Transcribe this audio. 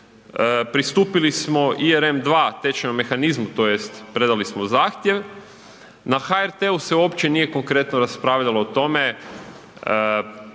pristupili smo ERM II tečajnom mehanizmu, tj. predali smo zahtjev, na HRT-u se uopće nije konkretno raspravljalo o tome